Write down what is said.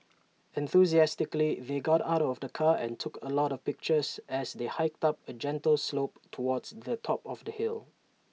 enthusiastically they got out of the car and took A lot of pictures as they hiked up A gentle slope towards the top of the hill